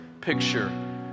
picture